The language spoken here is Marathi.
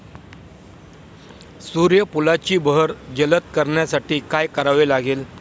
सूर्यफुलाची बहर जलद करण्यासाठी काय करावे लागेल?